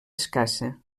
escassa